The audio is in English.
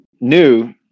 new